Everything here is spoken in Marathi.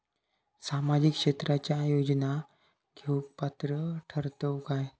सामाजिक क्षेत्राच्या योजना घेवुक पात्र ठरतव काय?